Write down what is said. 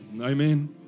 Amen